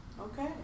Okay